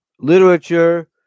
Literature